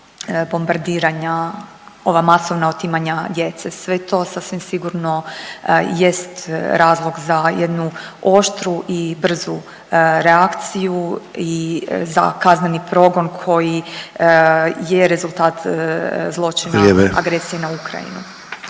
bombardiranja, ova masovna otimanja djece. Sve to sasvim sigurno jest razlog za jednu oštru i brzu reakciju za kazneni progon koji je rezultat zločina agresije na Ukrajinu.